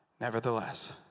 Nevertheless